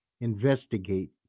investigate